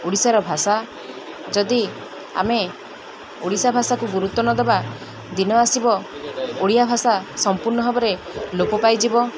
ଓଡ଼ିଶାର ଭାଷା ଯଦି ଆମେ ଓଡ଼ିଶା ଭାଷାକୁ ଗୁରୁତ୍ୱ ନ ଦେବା ଦିନ ଆସିବ ଓଡ଼ିଆ ଭାଷା ସମ୍ପୂର୍ଣ୍ଣ ଭାବରେ ଲୋପ ପାଇଯିବ